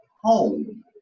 home